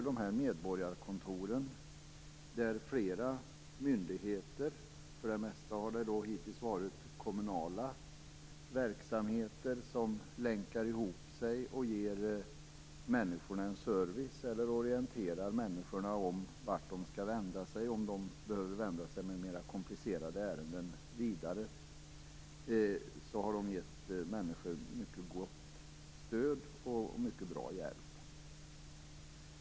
I medborgarkontoren länkar flera myndigheter ihop sig - för det mesta har det varit fråga om kommunala verksamheter - och ger människor en service eller orienterar dem om vart de skall vända sig vidare om de behöver hjälp med mer komplicerade ärenden. Medborgarkontoren har gett människor mycket gott stöd och mycket bra hjälp.